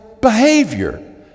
behavior